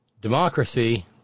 Democracy